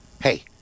hey